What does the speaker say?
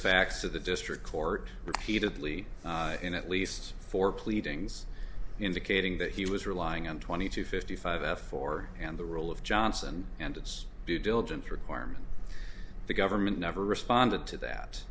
facts of the district court repeatedly in at least four pleadings indicating that he was relying on twenty to fifty five f for and the role of johnson and its due diligence requirement the government never responded to that